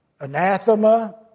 anathema